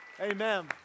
amen